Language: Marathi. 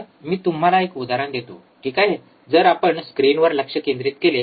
तर मी तुम्हाला एक उदाहरण देतो ठीक आहे जर आपण स्क्रीनवर लक्ष केंद्रित केले